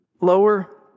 lower